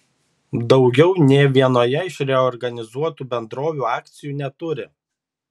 daugiau nė vienoje iš reorganizuotų bendrovių akcijų neturi